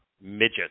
midget